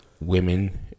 women